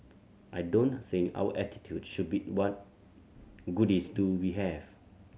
I don't think our attitude should be what goodies do we have